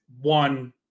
one